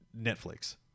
Netflix